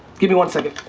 give me one second.